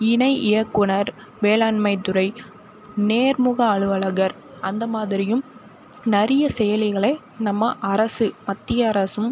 இணை இயக்குனர் வேளாண்மைத்துறை நேர்முக அலுவலகர் அந்த மாதிரியும் நிறைய செயலிகளை நம்ம அரசு மத்திய அரசும்